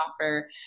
offer